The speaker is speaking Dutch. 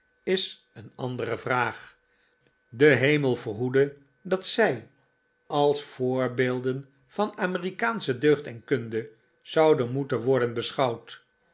is een andere vraag de hemel verhoede dat zij als voorbeelden van amerikaansche deugd en kunde zouden moeten worden beschouwd